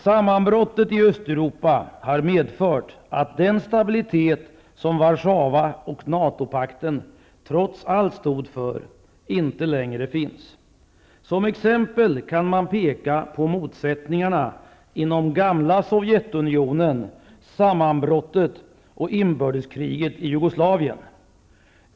Sammanbrottet i Östeuropa har medfört att den stabilitet som Warszawa och NATO pakterna trots allt stod för, inte längre finns. Som exempel kan man peka på motsättningarna inom det gamla Sovjetunionen, sammanbrottet och inbördeskriget i Jugoslavien.